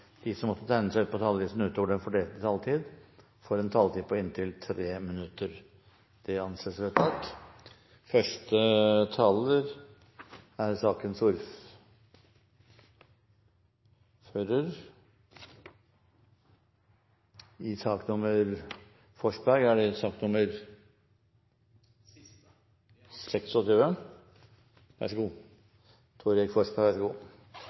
de som måtte tegne seg på talerlisten utover den fordelte taletid, får en taletid på inntil 3 minutter. – Det anses vedtatt. Det at alle skal gis mulighet til å få jobb, er en uhyre viktig sak. Det er ingen som mener at det